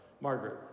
Margaret